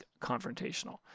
confrontational